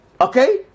Okay